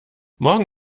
morgen